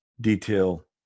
detail